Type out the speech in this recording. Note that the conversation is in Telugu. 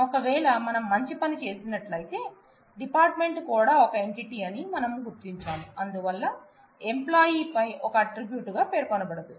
ఒకవేళ మనం మంచి పని చేసినట్లయితే డిపార్ట్ మెంట్ కూడా ఒక ఎంటిటి అని మనం గుర్తించాం అందువల్ల ఎంప్లాయి పై ఒక అట్రిబ్యూట్ గా పేర్కొనబడదు